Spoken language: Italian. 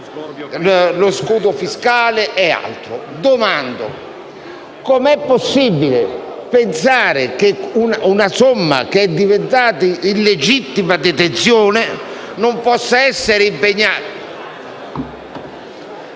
lo scudo fiscale e altro. Domando: com'è possibile pensare che una somma che è diventata di legittima detenzione non possa essere impegnata.